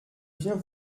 viens